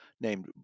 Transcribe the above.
named